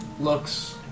looks